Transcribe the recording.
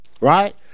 right